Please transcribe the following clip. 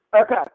Okay